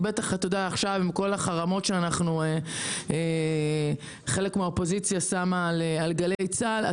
בטח עכשיו עם כל החרמות שחלק מהאופוזיציה מטילה על גלי צה"ל,